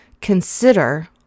consider